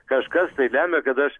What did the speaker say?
kažkas tai lemia kad aš